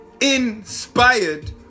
inspired